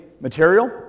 material